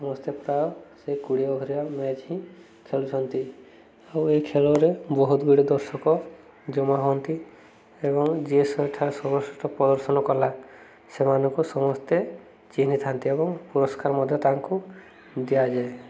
ସମସ୍ତେ ପ୍ରାୟ ସେ କୋଡ଼ିଏ ଓଭର୍ ମ୍ୟାଚ୍ ହିଁ ଖେଳୁଛନ୍ତି ଆଉ ଏ ଖେଳରେ ବହୁତ ଗୁଡ଼ିଏ ଦର୍ଶକ ଜମା ହୁଅନ୍ତି ଏବଂ ଯିଏ ପ୍ରଦର୍ଶନ କଲା ସେମାନଙ୍କୁ ସମସ୍ତେ ଚିହ୍ନିଥାନ୍ତି ଏବଂ ପୁରସ୍କାର ମଧ୍ୟ ତାଙ୍କୁ ଦିଆଯାଏ